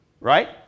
Right